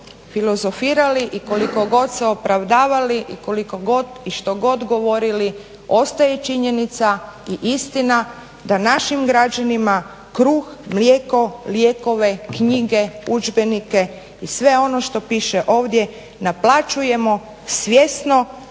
filozofirali i koliko god se opravdavali i koliko god i što god govorili ostaje činjenica i istina da našim građanima kruh, mlijeko, lijekove, knjige, udžbenike i sve ono što piše ovdje naplaćujemo svjesno